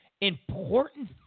important